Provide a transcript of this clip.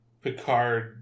Picard